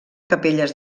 capelles